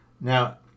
Now